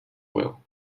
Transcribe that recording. well